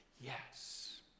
yes